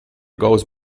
goes